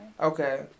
Okay